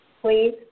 please